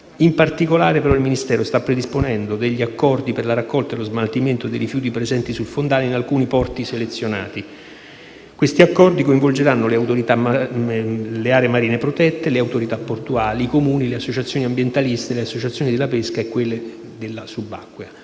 In particolare, però, il Ministero sta predisponendo degli accordi per la raccolta e lo smaltimento dei rifiuti presenti sul fondale in alcuni porti selezionati. Questi accordi coinvolgeranno le aree marine protette, le autorità portuali, i Comuni, le associazioni ambientaliste, le associazioni della pesca e quelle della subacquea.